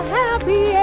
happy